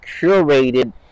curated